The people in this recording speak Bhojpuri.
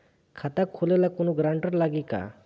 खाता खोले ला कौनो ग्रांटर लागी का?